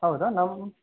ಹೌದಾ ನಮ್ಮ